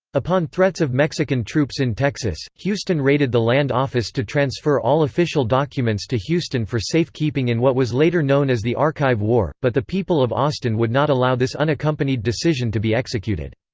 upon threats of mexican troops in texas, houston raided the land office to transfer all official documents to houston for safe keeping in what was later known as the archive war, but the people of austin would not allow this unaccompanied decision to be executed.